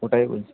ওটাই বলছি